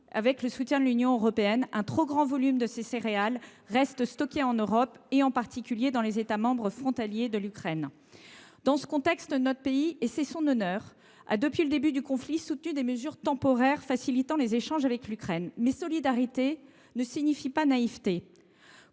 avec le soutien de l’Union européenne, un trop grand volume de ces céréales reste stocké en Europe, en particulier dans les États membres frontaliers de l’Ukraine. Dans ce contexte, notre pays – c’est tout à son honneur – a, depuis le début du conflit, soutenu des mesures temporaires facilitant les échanges avec l’Ukraine ; pour autant, solidarité ne signifie pas naïveté.